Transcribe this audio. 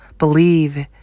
Believe